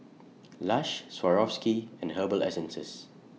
Lush Swarovski and Herbal Essences